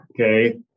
okay